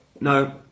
no